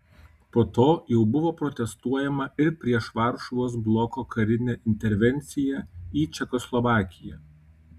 po to jau buvo protestuojama ir prieš varšuvos bloko karinę intervenciją į čekoslovakiją